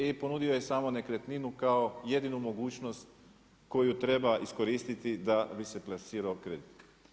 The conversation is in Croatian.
I ponudio je samo nekretninu kao jedinu mogućnost koju treba iskoristiti da bi se plasirao kredit.